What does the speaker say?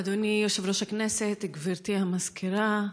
אדוני יושב-ראש הכנסת, גברתי המזכירה,